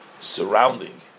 surrounding